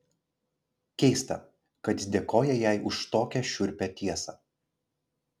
keista kad jis dėkoja jai už tokią šiurpią tiesą